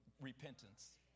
repentance